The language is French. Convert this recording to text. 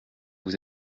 vous